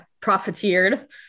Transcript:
profiteered